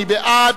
מי בעד?